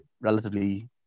relatively